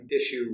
issue